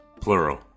Plural